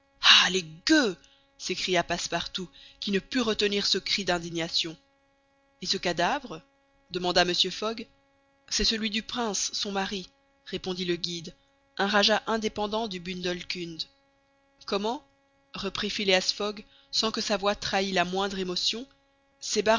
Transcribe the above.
ah les gueux s'écria passepartout qui ne put retenir ce cri d'indignation et ce cadavre demanda mr fogg c'est celui du prince son mari répondit le guide un rajah indépendant du bundelkund comment reprit phileas fogg sans que sa voix trahît la moindre émotion